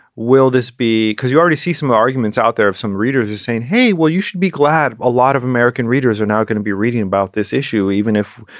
will this be because you already see some arguments out there of some readers saying, hey, will, you should be glad a lot of american readers are now going to be reading about this issue, even if,